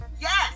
yes